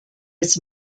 its